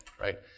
right